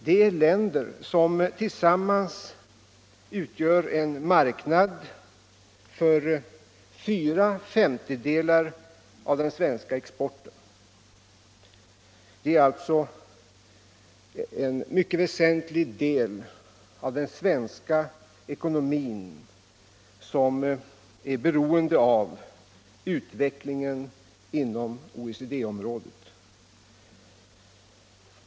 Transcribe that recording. Det är länder som tillsammans utgör en marknad för fyra femtedelar av den svenska exporten. Det är alltså en mycket väsentlig del av den svenska ekonomin som är beroende av utvecklingen inom OECD-området.